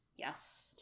Yes